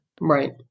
Right